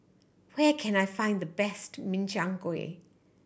where can I find the best Min Chiang Kueh